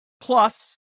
Plus